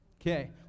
Okay